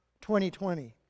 2020